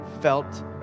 felt